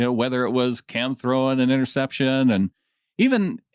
ah whether it was cam throwing an interception and even,